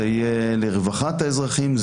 זה יהיה לרווחת האזרחים.